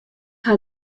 hat